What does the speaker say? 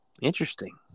interesting